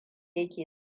yake